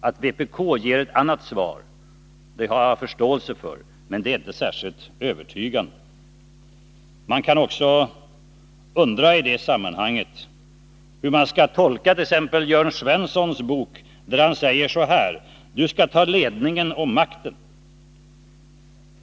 Att vpk ger ett annat svar har jag full förståelse för, men det svaret är inte särskilt övertygande. Man kan också i det sammanhanget undra hur man skall tolka t.ex. Jörn Svenssons bok, där han säger så här: Du skall ta ledningen och makten.